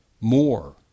more